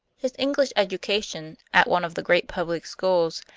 his english education, at one of the great public schools,